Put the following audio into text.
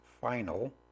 final